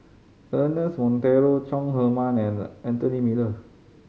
Ernest Monteiro Chong Heman and Anthony Miller